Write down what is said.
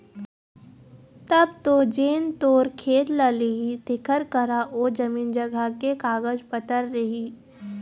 तब तो जेन तोर खेत ल लिही तेखर करा ओ जमीन जघा के कागज पतर रही